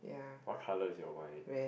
what colour is your wine